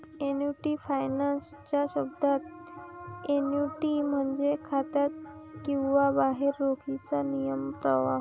annuity finance च्या शब्दात, annuity म्हणजे खात्यात किंवा बाहेर रोखीचा नियमित प्रवाह